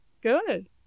Good